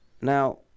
Now